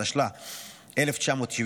התשל"ה 1975,